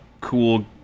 cool